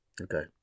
Okay